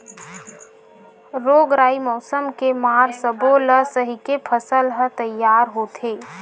रोग राई, मउसम के मार सब्बो ल सहिके फसल ह तइयार होथे